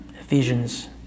Ephesians